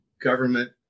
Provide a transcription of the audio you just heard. government